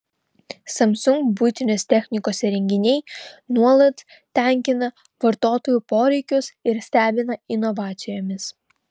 samsung buitinės technikos įrenginiai nuolat tenkina vartotojų poreikius ir stebina inovacijomis